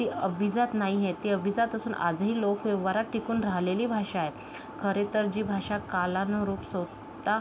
ती अभिजात नाही आहे ती अभिजात असून आजही लोकव्यवहारात टिकून राहिलेली भाषा आहे खरे तर जी भाषा कालानुरूप स्वतः